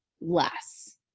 less